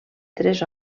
tres